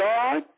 God